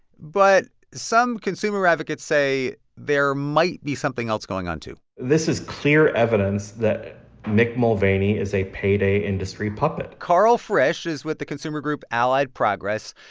but some consumer advocates say there might be something else going on, too this is clear evidence that mick mulvaney is a payday industry puppet karl frisch is with the consumer group allied progress,